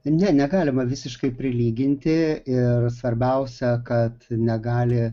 ne negalima visiškai prilyginti ir svarbiausia kad negali